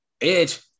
Edge